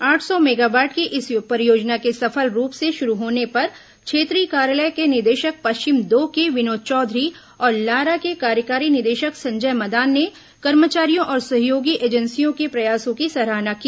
आठ सौ मेगावाट की इस परियोजना के सफल रूप से शुरू होने पर क्षेत्रीय कार्यालय निदेशक पश्चिम दो के विनोद चौधरी और लारा के कार्यकारी निदेशक संजय मदान ने कर्मचारियों और सहयोगी एजेंसियों के प्रयासों की सराहना की